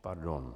Pardon.